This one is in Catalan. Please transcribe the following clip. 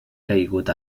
caigut